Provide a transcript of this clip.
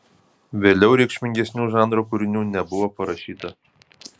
vėliau reikšmingesnių žanro kūrinių nebuvo parašyta